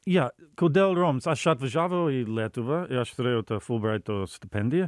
jo kodėl roms aš atvažiavau į lietuvą ir aš turėjau tą fulbraito stipendiją